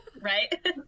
right